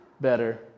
better